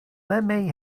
lemme